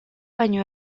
baino